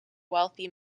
wealthy